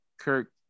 Kirk